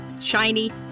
shiny